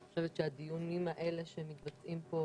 אני חושבת שהדיונים האלה שמתקיימים פה